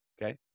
Okay